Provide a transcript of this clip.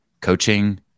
coaching